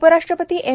उपराष्ट्रपती एम